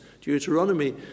Deuteronomy